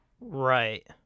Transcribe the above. Right